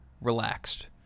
relaxed